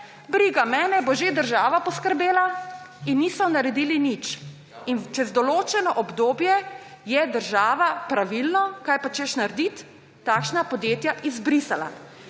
briga mene, bo že država poskrbela.« In niso naredili nič. Čez določeno obdobje je država pravilno, saj kaj pa češ narediti, takšna podjetja izbrisala.